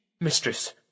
Mistress